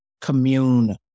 commune